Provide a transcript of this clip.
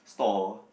store